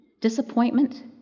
disappointment